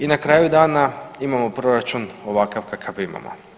I na kraju dana imamo proračun ovakav kakav imamo.